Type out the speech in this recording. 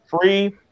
Free